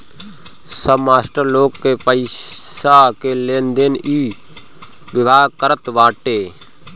सब मास्टर लोग के पईसा के लेनदेन इ विभाग करत बाटे